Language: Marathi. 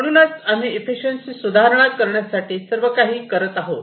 म्हणूनच आम्ही इफिशियंशी सुधारणा करण्यासाठी सर्व काही करत आहोत